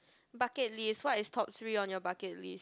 bucket list what is top three on your bucket list